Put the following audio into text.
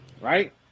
right